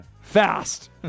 fast